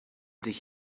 sich